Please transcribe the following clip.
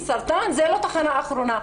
סרטן זו לא תחנה אחרונה,